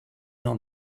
not